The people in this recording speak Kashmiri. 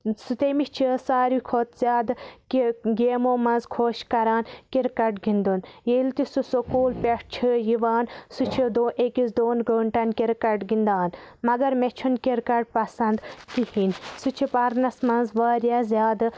سُہ تٔمِس چھِ ساروی کھۄتہٕ زیادٕ گیمو منٛز خۄش کران کِرکٹ گِندُن ییٚلہِ تہِ سُہ سکوٗل پٮ۪ٹھ چھُ یِوان سُہ چھُ دۄن أکِس گٲنٹن کِرکٹ گِندان مَگر مےٚ چھُنہٕ کِرکٹ پَسند کِہیٖنۍ سُہ چھُ پَرنَس منٛز واریاہ زیادٕ